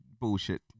bullshit